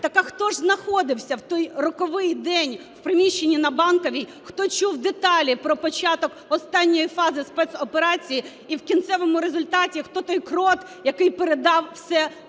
так а хто ж знаходився в той роковий день в приміщенні на Банковій, хто чув деталі про початок останньої фази спецоперації, і в кінцевому результаті хто той кріт, який передав все